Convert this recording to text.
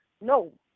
no